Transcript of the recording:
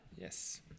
Yes